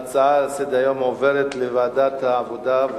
ההצעה לסדר-היום עוברת לוועדת העבודה,